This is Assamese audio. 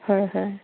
হয় হয়